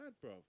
bro